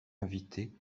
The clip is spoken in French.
invitée